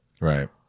Right